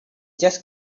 just